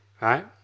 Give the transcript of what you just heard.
right